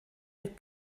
mit